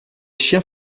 chiens